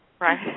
Right